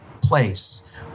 place